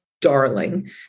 darling